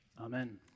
Amen